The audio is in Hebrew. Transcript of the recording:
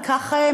כי ככה הם,